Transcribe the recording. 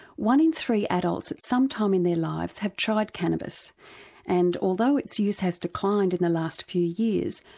one in three adults at some time in their lives have tried cannabis and although its use has declined in the last few years,